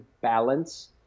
balance